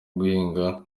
guhinga